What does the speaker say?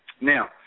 Now